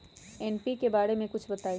NPK बारे म कुछ बताई?